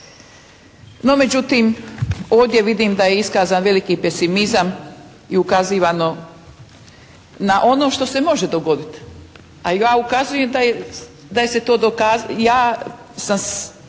No, međutim, ovdje vidim da je iskazan veliki pesimizam i ukazivano na ono što se može dogoditi, a ja ukazujem da se, ja